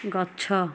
ଗଛ